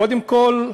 קודם כול,